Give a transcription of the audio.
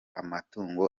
amatungo